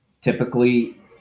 Typically